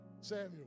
Samuel